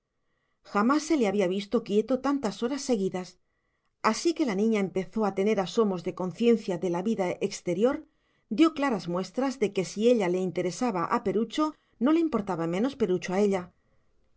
jamás se le había visto quieto tantas horas seguidas así que la niña empezó a tener asomos de conciencia de la vida exterior dio claras muestras de que si ella le interesaba a perucho no le importaba menos perucho a ella